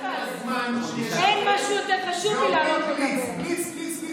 יותר מהזמן שלכם, ואומרים: בליץ, בליץ, בליץ.